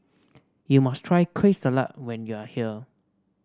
you must try Kueh Salat when you are here